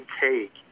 take